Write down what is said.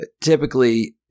Typically